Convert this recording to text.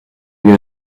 bien